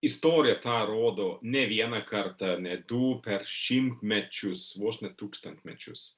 istorija tą rodo ne vieną kartą ne du per šimtmečius vos ne tūkstantmečius